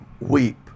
weep